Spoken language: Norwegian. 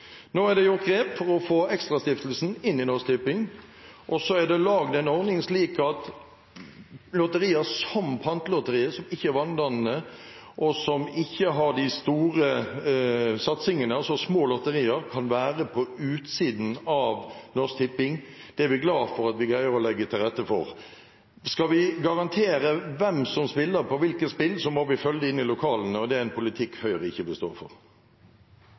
Nå er det gjort grep for å få ExtraStiftelsen inn i Norsk Tipping, og så er det laget en ordning, slik at lotterier som Pantelotteriet, som ikke er vanedannende, og som ikke har de store satsingene – altså små lotterier – kan være på utsiden av Norsk Tipping. Det er vi glad for at vi greier å legge til rette for. Skal vi garantere hvem som spiller på hvilke spill, må vi følge dem inn i lokalene, og det er en politikk Høyre ikke vil stå for.